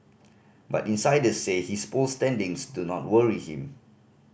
but insiders says his poll standings do not worry him